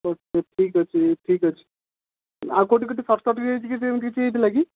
ଓ କେ ଠିକ୍ ଅଛି ଠିକ୍ ଅଛି ଆଉ କେଉଁଠି କିଛି ସଟ୍କଟ୍ ହୋଇଯାଇଛି କି ସେମିତି କିଛି ହୋଇଥିଲା କି